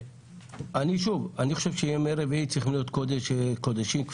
אני חושב שימי רביעי צריכים להיות קודש קודשים לחברי כנסת,